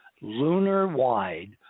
lunar-wide